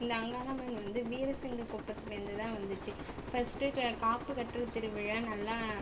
இந்த அங்காளம்மன் வந்து வீரசிங்க குப்பத்துலேருந்து தான் வந்துச்சு ஃபஸ்ட்டு க காப்பு கட்டுற திருவிழா நல்லா